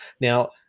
Now